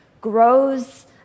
grows